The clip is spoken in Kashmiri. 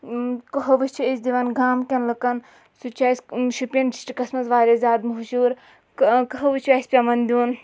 قٕہوٕ چھِ أسۍ دِون گامکٮ۪ن لُکن سُہ تہِ چھُ اَسہِ شُپین ڈِسٹرکس منٛز واریاہ زیادٕ مہشوٗر قٔہوٕ چھُ اسہِ پٮ۪وان دیُن